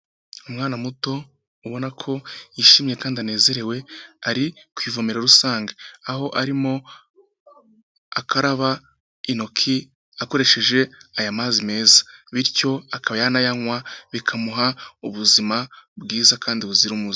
Umwana muto ubona ko yishimye kandi anezerewe, ari ku ivomera rusange, aho arimo akaba intoki akoresheje aya mazi meza, bityo akaba yanayanywa bikamuha ubuzima bwiza kandi buzira umuze.